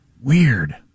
Weird